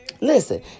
Listen